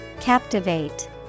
Captivate